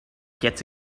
gets